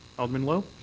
alderman lowe?